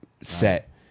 set